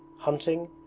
hunting,